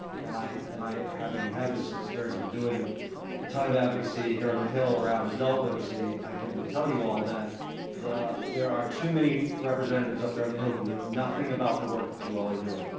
and i and i having had this experience of doing a ton of advocacy here on the hill around adult literacy, i can tell you all that there are too many representatives up there on the hill who knew nothing about the work that you all are doing.